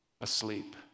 Asleep